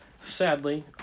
sadly